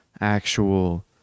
actual